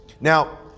Now